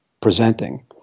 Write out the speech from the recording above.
presenting